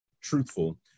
truthful